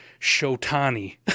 Shotani